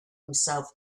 himself